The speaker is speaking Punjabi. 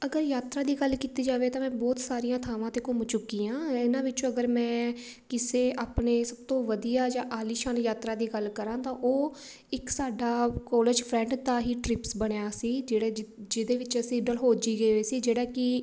ਅਗਰ ਯਾਤਰਾ ਦੀ ਗੱਲ ਕੀਤੀ ਜਾਵੇ ਤਾਂ ਮੈਂ ਬਹੁਤ ਸਾਰੀਆਂ ਥਾਵਾਂ 'ਤੇ ਘੁੰਮ ਚੁੱਕੀ ਹਾਂ ਇਹਨਾਂ ਵਿੱਚੋਂ ਅਗਰ ਮੈਂ ਕਿਸੇ ਆਪਣੇ ਸਭ ਤੋਂ ਵਧੀਆ ਜਾਂ ਆਲੀਸ਼ਾਨ ਯਾਤਰਾ ਦੀ ਗੱਲ ਕਰਾਂ ਤਾਂ ਉਹ ਇੱਕ ਸਾਡਾ ਕੋਲਜ ਫਰੈਂਡ ਦਾ ਹੀ ਟ੍ਰਿਪਸ ਬਣਿਆ ਸੀ ਜਿਹੜੇ ਜਿਹਦੇ ਵਿੱਚ ਅਸੀਂ ਡਲਹੋਜ਼ੀ ਗਏ ਹੋਏ ਸੀ ਜਿਹੜਾ ਕਿ